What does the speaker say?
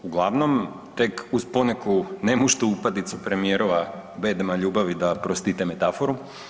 Uglavnom tek uz poneku nemuštu upadicu premijerova „bedema ljubavi“ da prostite metaforu.